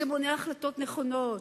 זה מונע החלטות נכונות.